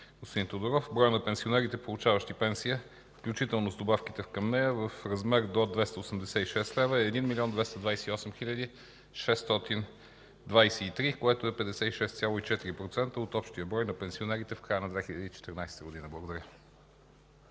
броят на пенсионерите, получаващи пенсия, включително с добавките към нея, в размер до 286 лв., е 1 млн. 228 хил. 623, което е 56,4% от общия брой на пенсионерите, в края на 2014 г. Благодаря.